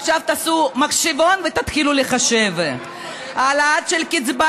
עכשיו תעשו מחשבון ותתחילו לחשב: העלאה של קצבת